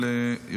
זו לא הצבעה.